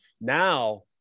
now